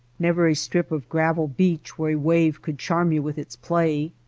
never a strip of gravel beach where a wave could charm you with its play.